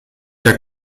der